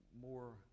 more